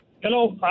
Hello